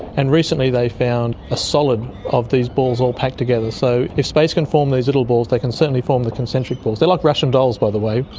and recently they found a solid of these balls all packed together. so if space can form these little balls, they can certainly form the concentric balls. they're like russian dolls, by the way,